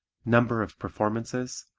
number of performances,